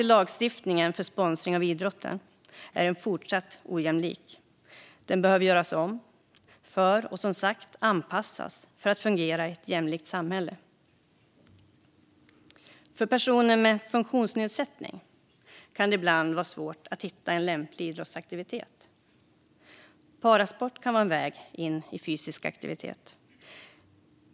Lagstiftningen när det gäller sponsring av idrott är fortsatt ojämlik. Den behöver göras om och, som sagt, anpassas för att fungera i ett jämlikt samhälle. För personer med funktionsnedsättning kan det ibland vara svårt att hitta en lämplig idrottsaktivitet. Parasport kan vara en väg in i fysisk aktivitet.